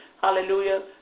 hallelujah